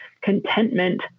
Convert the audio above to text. contentment